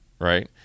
right